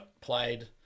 played